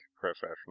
professional